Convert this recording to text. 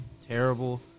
terrible